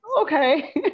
okay